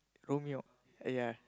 Romeo ah yeah